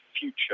future